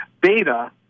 beta